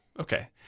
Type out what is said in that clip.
okay